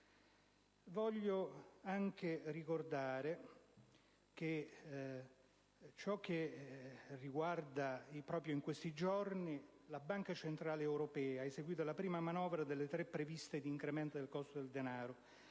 Voglio anche ricordare che proprio in questi giorni la Banca centrale europea ha eseguito la prima manovra, delle tre previste, di incremento del costo del denaro,